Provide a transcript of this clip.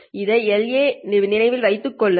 இதை La என நினைவில் வைத்துக் கொள்ளுங்கள்